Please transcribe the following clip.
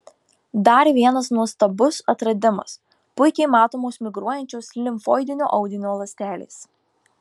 dar vienas nuostabus atradimas puikiai matomos migruojančios limfoidinio audinio ląstelės